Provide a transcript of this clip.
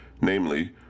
namely